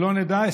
שלא נדע,